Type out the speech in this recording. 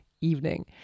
evening